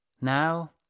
Now